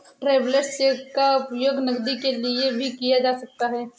travellers cheque का उपयोग नकदी के लिए भी किया जा सकता है